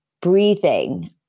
breathing